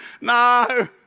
no